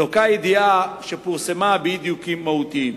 הידיעה שפורסמה לוקה באי-דיוקים מהותיים.